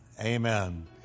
Amen